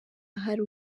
hari